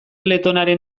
letonaren